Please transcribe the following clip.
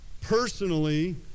Personally